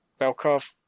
Belkov